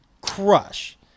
crush